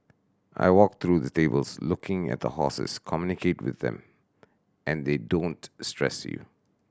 I walk through the tables looking at the horses communicate with them and they don't stress you